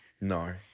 No